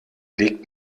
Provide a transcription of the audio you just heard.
legt